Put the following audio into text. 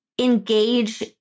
engage